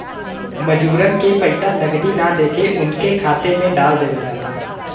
मजूरन के पइसा नगदी ना देके उनके खाता में डाल देवल जाला